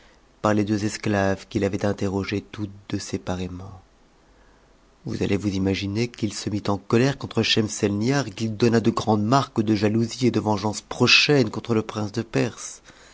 par les deux esclaves qu'il avait interrogées toutes deux séparément vous allez vous imaginer qu'il se mit en colère contre schemsenihar et qu'il donna de grandes marques de jalousie et de vengeance prochaine contre le prince de perse